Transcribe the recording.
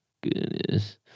Goodness